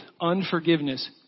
unforgiveness